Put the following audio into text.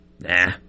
nah